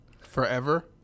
Forever